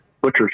butchers